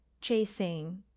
chasing